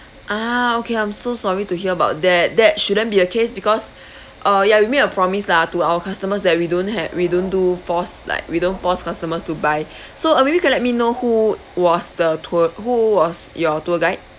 ah okay I'm so sorry to hear about that that shouldn't be a case because uh ya we made a promise lah to our customers that we don't ha~ we don't do force like we don't force customers to buy so uh maybe can let me know who was the tour who was your tour guide